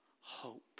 hope